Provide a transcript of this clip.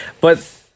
But-